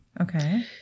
Okay